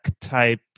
type